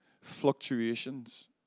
fluctuations